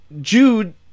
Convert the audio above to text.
Jude